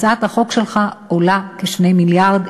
הצעת החוק שלך עולה כ-2 מיליארד,